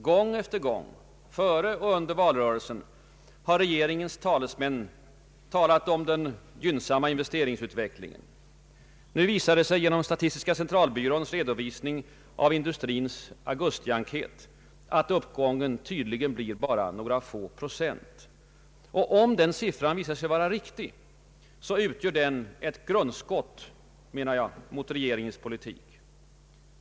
Gång efter gång — före och under valrörelsen — har regeringens talesmän ordat om den gynnsamma investeringsutvecklingen. Nu visar det sig genom statistiska centralbyråns redovisning av industrins augustienkät att uppgången tydligen blir bara några få procent. Om den siffran visar sig vara riktig, utgör den, menar jag, ett grundskott mot regeringens politik.